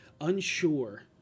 unsure